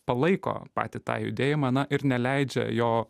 palaiko patį tą judėjimą na ir neleidžia jo